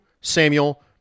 Samuel